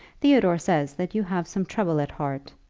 theodore says that you have some trouble at heart.